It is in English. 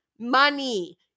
Money